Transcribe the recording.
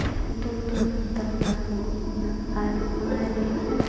ᱱᱤᱛᱳᱝ ᱫᱚ ᱥᱟᱱᱛᱟᱞ ᱯᱟᱲᱦᱟᱣ ᱞᱟᱹᱜᱩᱜ ᱠᱟᱱᱟ ᱟᱨ ᱚᱱᱟ ᱨᱮ